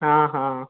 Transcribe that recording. हा हा